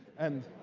and